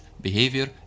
behavior